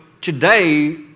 today